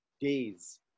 days